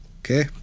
Okay